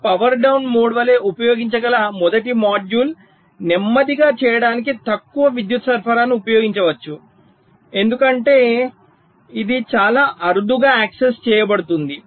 నేను power down mode వలె ఉపయోగించగల మొదటి మాడ్యూల్ నెమ్మదిగా చేయడానికి తక్కువ విద్యుత్ సరఫరాను ఉపయోగించవచ్చు ఎందుకంటే ఇది చాలా అరుదుగా యాక్సిస్ చేయబడుతుంది